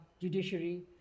judiciary